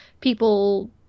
people